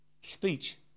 speech